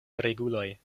reguloj